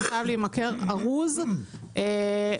זה חייב להימכר ארוז לצרכן.